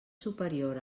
superior